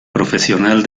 profesional